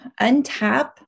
untap